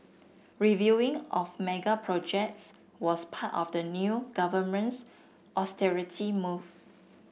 reviewing of mega projects was part of the new government's austerity move